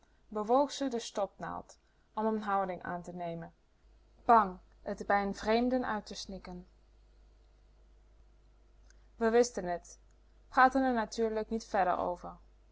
bewoog ze de stopnaald om n houding aan te nemen bang t bij vréémden uit te snikken we wisten t praatten er natuurlijk niet verder over